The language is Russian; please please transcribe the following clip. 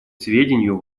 сведению